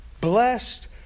Blessed